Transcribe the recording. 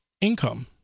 income